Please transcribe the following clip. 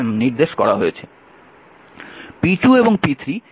p2 এবং p3 এখানে দুটি উপাদান